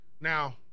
now